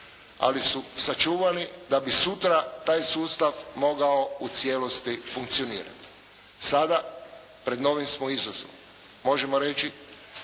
ali su sačuvani da bi sutra taj sustav mogao u cijelosti funkcionirati. Sada, pred novim smo izazovom. Možemo reći,